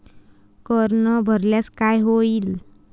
कर न भरल्यास काय होईल?